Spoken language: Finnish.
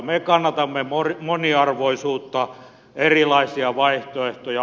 me kannatamme moniarvoisuutta erilaisia vaihtoehtoja